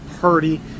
Party